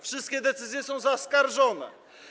Wszystkie decyzje są zaskarżone.